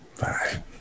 Bye